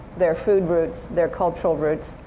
their food roots, their cultural roots,